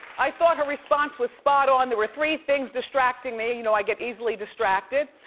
i thought her response was spot-on. there were three things distracting me, you know i get easily distracted,